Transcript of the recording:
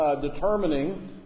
determining